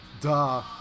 Duh